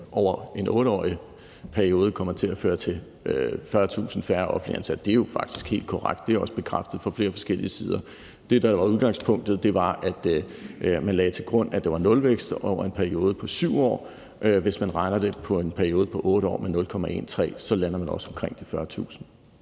over en 8-årig periode kommer til at føre til 40.000 færre offentligt ansatte, er forkerte. For det er jo faktisk helt korrekt, og det er også blevet bekræftet fra flere forskellige sider. Det, der var udgangspunktet, var, at man lagde til grund, at der var nulvækst over en periode på 7 år, men hvis man beregner det for en periode på 8 år, med en vækst på 0,13 pct., lander man også på omkring de 40.000.